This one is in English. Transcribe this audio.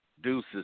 Deuces